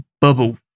bubble